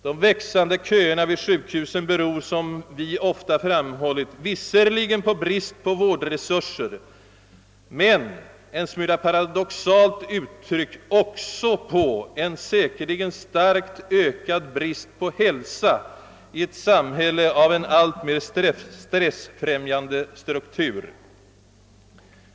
De växande köerna vid sjukhusen beror, såsom vi alltså ofta framhållit, visserligen på brist på vårdresurser men en smula paradoxalt uttryckt också på en säkerligen starkt ökad brist på hälsa i ett samhälle av en alltmer stressfrämjande struktur.